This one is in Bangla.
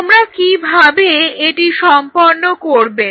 তোমরা কীভাবে এটি সম্পন্ন করবে